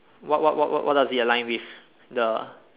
what what what what does it align with the